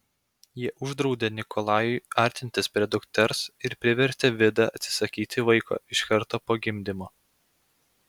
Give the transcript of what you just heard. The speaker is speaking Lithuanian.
jie uždraudė nikolajui artintis prie dukters ir privertė vidą atsisakyti vaiko iš karto po gimdymo